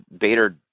Bader